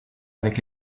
avec